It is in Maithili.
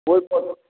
ओहिपर